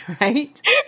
right